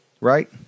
right